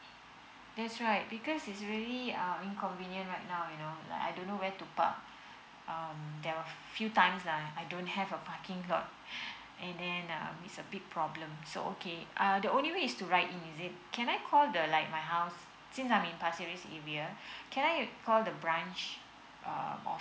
that's right because is really um inconvenient right now you know like I don't know where to park um there are few times I don't have a parking lot and then uh it's a big problem so okay uh the only way is to ride in is it can I call the like my house since I'm in area can I call the branch err